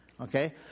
okay